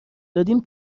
دادیم